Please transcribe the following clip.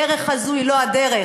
הדרך הזאת היא לא הדרך.